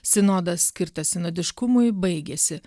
sinodas skirtas sinodiškumui baigėsi